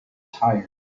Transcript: tired